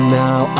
now